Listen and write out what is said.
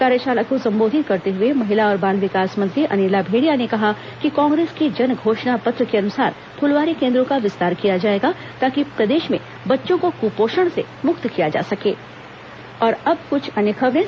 कार्यशाला को संबोधित करते हुए महिला और बाल विकास मंत्री अनिला भेंड़िया ने कहा कि कांग्रेस के जनघोषणा पत्र के अनुसार फुलवारी केन्द्रों का विस्तार किया जाएगा ताकि प्रदेश में बच्चों को कुपोषण से मुक्त किया जा सकें